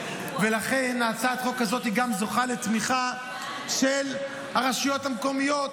ולכן הצעת החוק הזאת גם זוכה לתמיכה של הרשויות המקומיות,